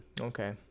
Okay